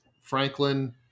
Franklin